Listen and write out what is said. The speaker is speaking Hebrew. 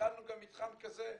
הכנו גם מתחם כזה.